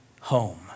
home